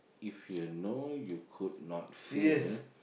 if you know you could not fail